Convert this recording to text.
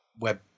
web